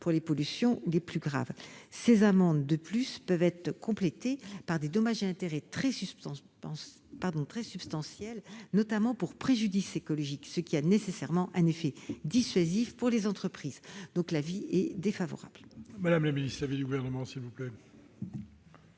pour les pollutions les plus graves. De plus, ces amendes peuvent être complétées par des dommages et intérêts très substantiels, notamment pour préjudice écologique, ce qui a nécessairement un effet dissuasif pour les entreprises. Pour ces raisons,